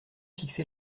fixé